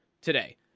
today